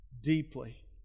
deeply